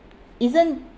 isn't